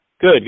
Good